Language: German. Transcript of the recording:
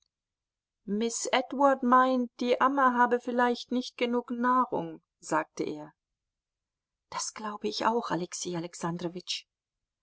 miß edward meint die amme habe vielleicht nicht genug nahrung sagte er das glaube ich auch alexei